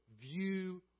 view